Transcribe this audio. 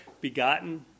begotten